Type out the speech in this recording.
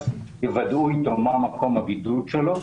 יוודאו איתו מה מקום הבידוד שלו,